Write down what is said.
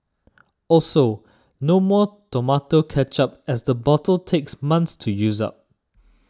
also no more tomato ketchup as a bottle takes months to use up